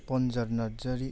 Banjar Narzary